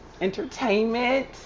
Entertainment